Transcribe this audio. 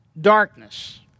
darkness